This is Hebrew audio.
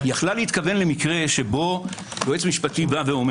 יכלה להתכוון למקרה שבו יועץ משפטי אומר: